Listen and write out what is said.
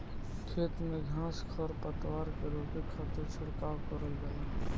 खेत में घास खर पतवार के रोके खातिर छिड़काव करल जाला